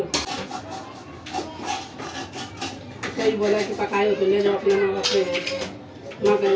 धान को कब मंडियों में बेचने से अधिक लाभ उठाया जा सकता है?